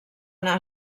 anar